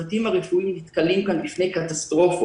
הצוותים הרפואיים נתקלים כאן בקטסטרופות.